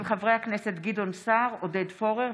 שהוחזרה מוועדת הכלכלה.